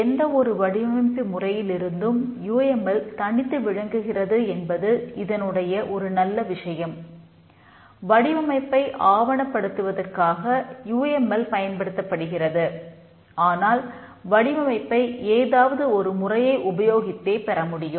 எந்த ஒரு வடிவமைப்பு முறையிலிருந்தும் யூ எம் எல் பயன்படுத்தப்படுகிறது ஆனால் வடிவமைப்பை ஏதாவது ஒரு முறையை உபயோகித்தே பெறமுடியும்